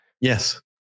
Yes